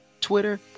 Twitter